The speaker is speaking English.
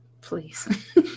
please